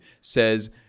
says